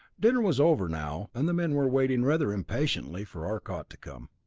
dinner was over now, and the men were waiting rather impatiently for arcot to come.